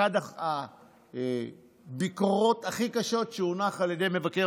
אחת הביקורות הכי קשות שהונחה על ידי מבקר